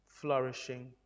flourishing